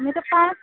मेरे पास